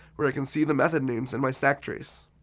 where i can see the method names in my stack trace.